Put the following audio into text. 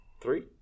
Three